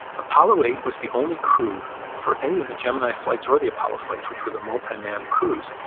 apollo eight was the only crew, for any of the gemini flights or the apollo flights, which were the multi-manned crews,